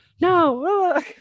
No